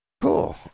cool